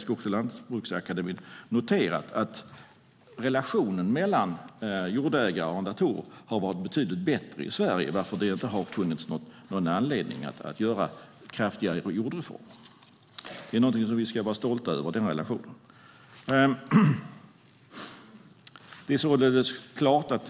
Skogs och Lantbruksakademin har man noterat att relationen mellan jordägare och arrendatorer har varit betydligt bättre i Sverige och att det därför inte har funnits någon anledning att genomföra kraftiga jordreformer. Denna relation är någonting som vi ska vara stolta över. Det